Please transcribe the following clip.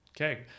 Okay